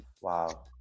wow